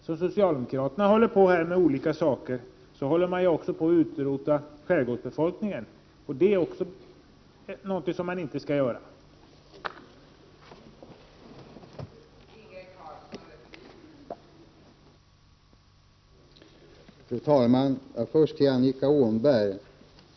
Som socialdemokraterna agerar finns det risk för att man också utrotar skärgårdsbefolkningen, och det kan väl ändå inte vara meningen.